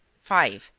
five.